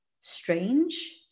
strange